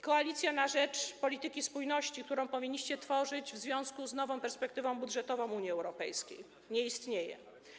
Koalicja na rzecz polityki spójności, którą powinniście tworzyć w związku z nową perspektywą budżetową Unii Europejskiej - nie istnieje.